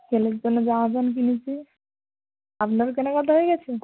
ছেলের জন্য জামা প্যান্ট কিনেছি আপনারও কেনাকাটা হয়ে গিয়েছে